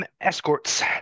escorts